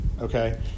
Okay